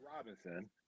Robinson